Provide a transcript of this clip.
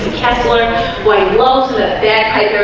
tesslar white llosa that